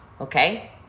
okay